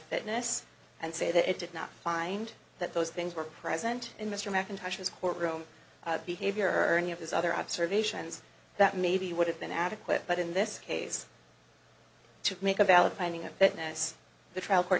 fitness and say that it did not find that those things were present in mr mackintoshes courtroom behavior of his other observations that maybe would have been adequate but in this case to make a valid binding up that mess the trial court